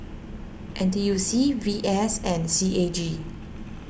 N T U C V S and C A G